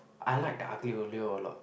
I like the aglio-olio a lot